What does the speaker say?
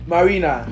Marina